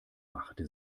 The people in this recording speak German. machte